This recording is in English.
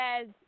says